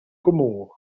comores